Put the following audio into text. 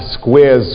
squares